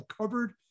covered